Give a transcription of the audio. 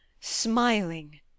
smiling